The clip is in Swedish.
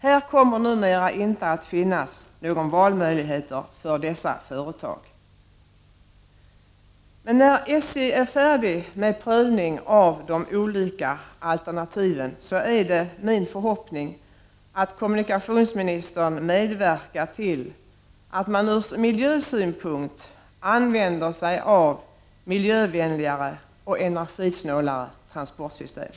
Här kommer numera inte att finnas några valmöjligheter för företagen, men när SJ är färdigt med prövningen av de olika alternativen, är det min förhoppning att kommunikationsministern medverkar till att man ur miljösynpunkt använder sig av miljövänligare och energisnålare transportsystem.